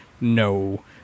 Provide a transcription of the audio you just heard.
no